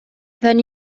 then